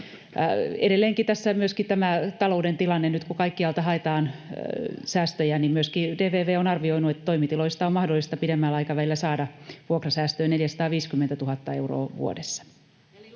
Edelleenkin tässä on myöskin tämä talouden tilanne. Nyt kun kaikkialta haetaan säästöjä, niin myöskin DVV on arvioinut, että toimitiloista on mahdollista pidemmällä aikavälillä saada vuokrasäästöä 450 000 euroa vuodessa.